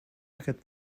aquest